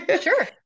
sure